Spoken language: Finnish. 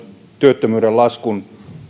työttömyyden laskun